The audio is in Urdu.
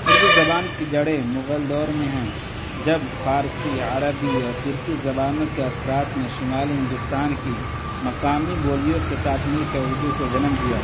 اردو زبان کی جڑیں مغل دور میں ہیں جب فارسی عربی یا ترکی زبانوں کے اثرات میں شمالی ہندوستان کی مقامی بولیوں کے ساتھ مل کر اردو کو جنم دیا